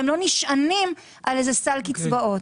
והם לא נשענים על איזה סל קצבאות?